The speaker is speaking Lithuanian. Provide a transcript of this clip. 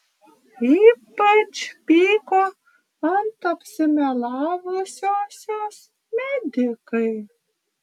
ypač pyko ant apsimelavusiosios medikai